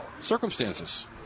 circumstances